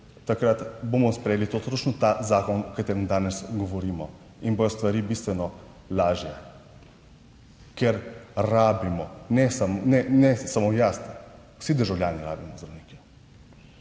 takrat bomo sprejeli točno ta zakon o katerem danes govorimo in bodo stvari bistveno lažje, ker rabimo, ne samo, ne samo jaz, vsi državljani rabimo zdravnike.